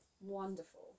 wonderful